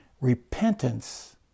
repentance